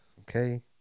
Okay